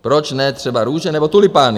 Proč ne třeba růže nebo tulipány?